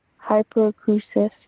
hyperacusis